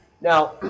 Now